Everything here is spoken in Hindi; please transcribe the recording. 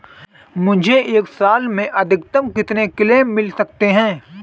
मुझे एक साल में अधिकतम कितने क्लेम मिल सकते हैं?